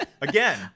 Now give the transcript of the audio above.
again